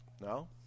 No